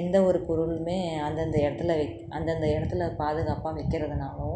எந்த ஒரு பொருளுமே அந்தந்த இடத்துல வெக் அந்தந்த இடத்துல பாதுகாப்பாக வைக்கறதுனாலும்